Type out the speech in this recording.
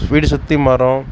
வீடு சுற்றி மரம்